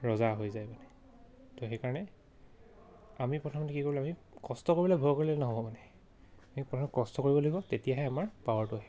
ৰজা হৈ যায় মানে ত' সেইকাৰণে আমি প্ৰথমতে কি কৰিলো আমি কষ্ট কৰিবলৈ ভয় কৰিলে নহ'ব মানে আমি প্ৰথমে কষ্ট কৰিব লাগিব তেতিয়াহে আমাৰ পাৱাৰটো আহিব